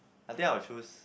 I think I will choose